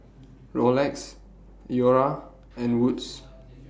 Rolex Iora and Wood's